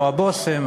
או הבושם,